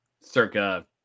circa